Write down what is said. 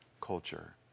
culture